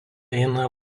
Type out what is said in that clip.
eina